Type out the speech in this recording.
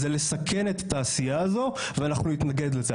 זה לסכן את התעשייה הזו ואנחנו נתנגד לזה.